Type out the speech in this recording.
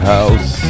House